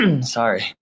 sorry